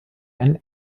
einen